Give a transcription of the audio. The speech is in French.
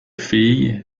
filles